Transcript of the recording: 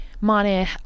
money